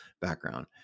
background